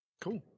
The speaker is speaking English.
Cool